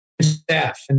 staff